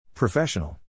Professional